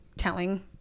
Telling